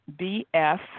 BF